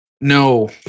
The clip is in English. No